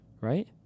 Right